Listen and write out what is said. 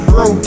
Bro